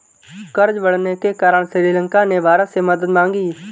कर्ज बढ़ने के कारण श्रीलंका ने भारत से मदद मांगी